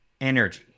energy